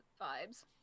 vibes